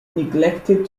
neglected